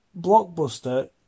Blockbuster